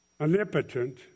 omnipotent